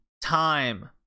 time